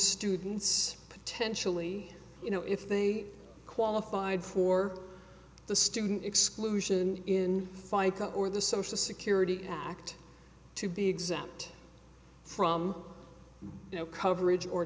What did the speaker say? students potentially you know if they qualified for the student exclusion in fica or the social security act to be exempt from coverage or